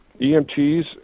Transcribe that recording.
EMTs